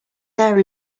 there